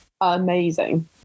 amazing